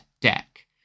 deck